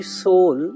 soul